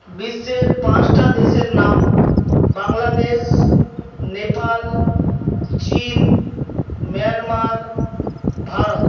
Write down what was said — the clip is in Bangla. বিশ্বের পাঁচটা দেশের নাম বাংলাদেশ নেপাল চীন মিয়ানমার ভারত